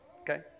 Okay